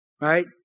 Right